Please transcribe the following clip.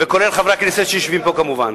כולל חברי הכנסת שיושבים פה כמובן.